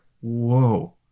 whoa